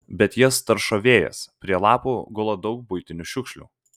bet jas taršo vėjas prie lapų gula daug buitinių šiukšlių